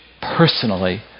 personally